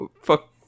fuck